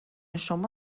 شما